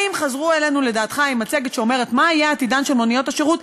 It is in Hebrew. האם חזרו אלינו לדעתך עם מצגת שאומרת מה יהיה עתידן של מוניות השירות?